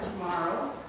tomorrow